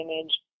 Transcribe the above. image